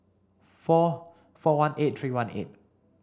four four one eight three one eight